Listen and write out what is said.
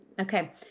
Okay